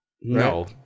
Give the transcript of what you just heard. No